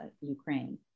Ukraine